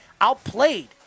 outplayed